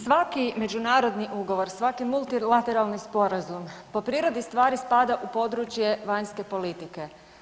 Svaki međunarodni ugovor, svaki multilateralni sporazum po prirodi stvari spada u područje vanjske politike.